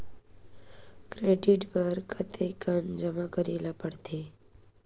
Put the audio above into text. Credit बर कतेकन जमा करे ल पड़थे?